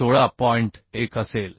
1 असेल